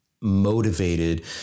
motivated